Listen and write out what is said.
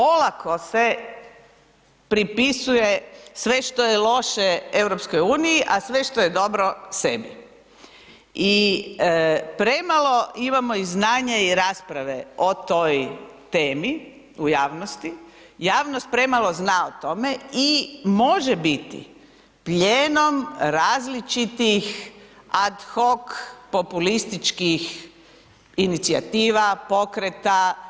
Olako se propisuje sve što je loše EU-u a sve što je dobro sebi i premalo imamo i znanja i rasprave o toj temu u javnosti, javnost premalo zna o tome i može biti plijenom različitih ad hoc populističkih inicijativa, pokreta.